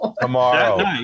Tomorrow